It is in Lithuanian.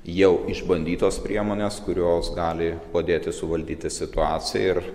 jau išbandytos priemonės kurios gali padėti suvaldyti situaciją ir